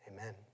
amen